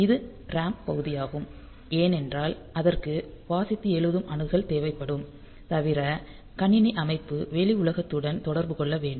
இது RAM பகுதியாகும் ஏனென்றால் அதற்கு வாசித்து எழுதும் அணுகல் தேவைப்படும் தவிர கணினி அமைப்பு வெளி உலகத்துடன் தொடர்பு கொள்ள வேண்டும்